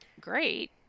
great